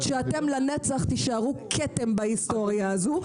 שאתם לנצח תישארו כתם בהיסטוריה הזו.